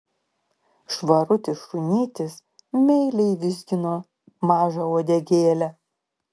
švarutis šunytis meiliai vizgino mažą uodegėlę